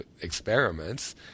experiments